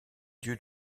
dieux